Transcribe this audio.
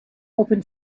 open